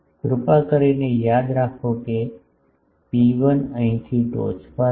કૃપા કરીને યાદ રાખો કે ρ1 અહીંથી ટોચ પર છે